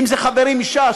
אם זה חברים מש"ס,